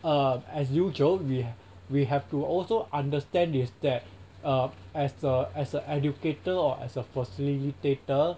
mm as usual we we have to also understand is that err as a as a educator or as a facilitator